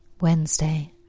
Wednesday